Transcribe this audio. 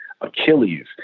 Achilles